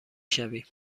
شویم